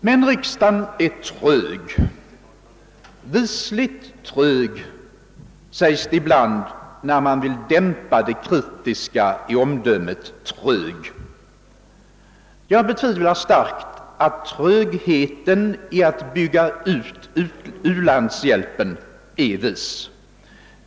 Men riksdagen är trög — visligt trög, sägs det ibland när man vill dämpa det kritiska i omdömet trög. Jag betvivlar starkt att trögheten när det gäller att bygga ut u-landshjälpen är vis.